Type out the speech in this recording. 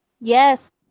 Yes